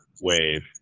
wave